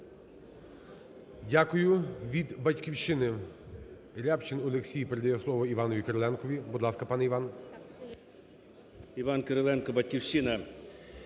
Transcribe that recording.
Дякую. Від "Батьківщини" Рябчин Олексій передає слово Іванові Кириленкові. Будь ласка, пане Іван.